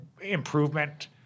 improvement